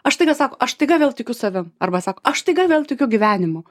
aš staiga sako aš staiga vėl tikiu savim arba sako aš staiga vėl tikiu gyvenimu